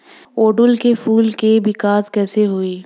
ओड़ुउल के फूल के विकास कैसे होई?